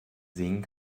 sehen